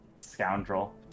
scoundrel